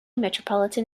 metropolitan